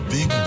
Big